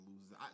loses